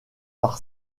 par